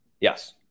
Yes